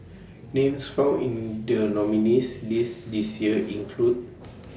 Names found in The nominees' list This Year include